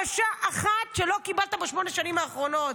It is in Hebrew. אין בקשה אחת שלא קיבלת בשמונה השנים האחרונות.